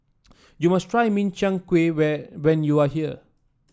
you must try Min Chiang Kueh when when you are here